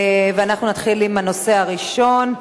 ואנחנו נתחיל עם הנושא הראשון: